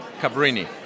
Cabrini